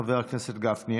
חבר הכנסת גפני,